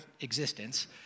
existence